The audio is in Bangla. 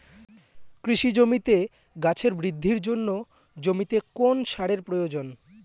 কৃষি জমিতে গাছের বৃদ্ধির জন্য জমিতে কোন সারের প্রয়োজন?